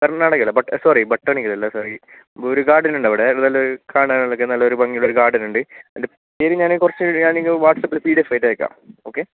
കർണാടക അല്ല but sorry botanical അല്ല sorry ഒരു ഗാർഡനുണ്ട് അവിടെ നല്ല ഒരു കാണാനൊക്കെ വളരെ ഭംഗിയുള്ള ഒരു ഗാർഡനുണ്ട് അതിൻ്റെ പേര് ഞാൻ കുറച്ചു ഞാൻ നിങ്ങൾക്ക് വാട്സാപ്പിൽ പിഡിഎഫ് ആയിട്ടയക്കാം ഓക്കെ